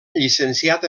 llicenciat